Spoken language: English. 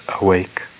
awake